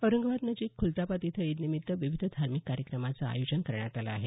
औरंगाबाद नजिक खुलताबाद इथं ईदनिमित्त विविध धार्मिक कार्यक्रमांचं आयोजन करण्यात आलं आहे